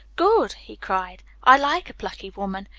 good! he cried. i like a plucky woman!